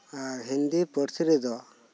ᱟᱨ ᱦᱤᱱᱫᱤ ᱯᱟᱹᱨᱥᱤ ᱨᱮᱫᱚ